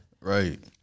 Right